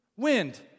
Wind